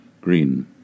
Green